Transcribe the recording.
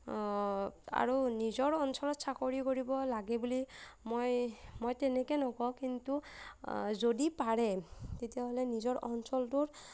আৰু নিজৰ অঞ্চলত চাকৰি কৰিব লাগে বুলি মই মই তেনেকৈ নকও কিন্তু যদি পাৰে তেতিয়াহ'লে নিজৰ অঞ্চলটোৰ